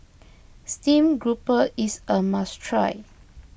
Stream Grouper is a must try